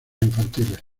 infantiles